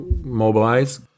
mobilize